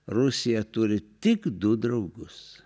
rusija turi tik du draugus